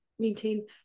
maintain